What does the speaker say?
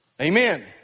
Amen